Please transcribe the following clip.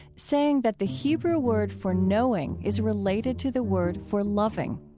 saying that the hebrew word for knowing is related to the word for loving